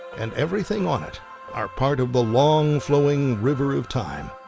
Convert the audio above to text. and everything on it are part of the long flowing river of time.